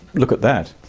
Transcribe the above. look at that.